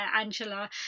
Angela